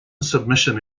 submission